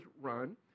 run